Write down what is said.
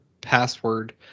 password